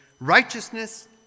righteousness